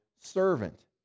servant